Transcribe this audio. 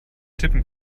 tippen